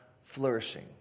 flourishing